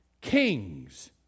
Kings